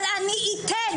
אני אתן,